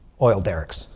oil derricks,